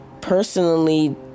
personally